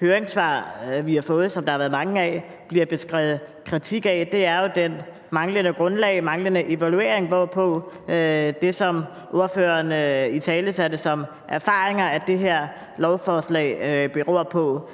høringssvar, vi har fået, og som der har været mange af, bliver beskrevet kritik af, er jo det manglende grundlag, den manglende evaluering af det, ordførerne italesatte som erfaringer, som det her lovforslag beror på.